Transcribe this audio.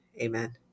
Amen